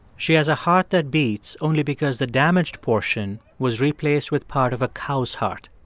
she has a heart that beats only because the damaged portion was replaced with part of a cow's heart.